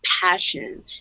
passion